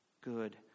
good